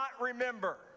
remember